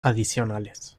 adicionales